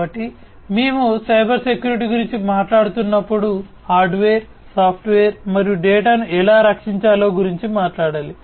కాబట్టి మేము cyber security గురించి మాట్లాడుతున్నప్పుడు హార్డ్వేర్ సాఫ్ట్వేర్ మరియు డేటాను ఎలా రక్షించాలో గురించి మాట్లాడాలి